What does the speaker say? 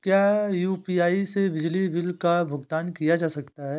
क्या यू.पी.आई से बिजली बिल का भुगतान किया जा सकता है?